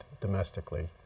domestically